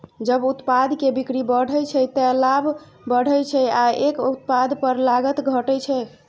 जब उत्पाद के बिक्री बढ़ै छै, ते लाभ बढ़ै छै आ एक उत्पाद पर लागत घटै छै